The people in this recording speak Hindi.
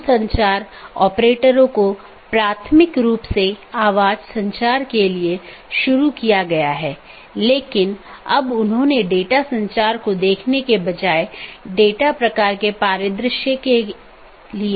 दूसरे अर्थ में यह कहने की कोशिश करता है कि अन्य EBGP राउटर को राउटिंग की जानकारी प्रदान करते समय यह क्या करता है